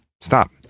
stop